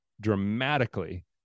dramatically